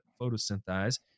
photosynthesize